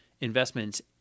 investments